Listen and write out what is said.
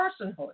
personhood